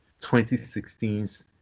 2016's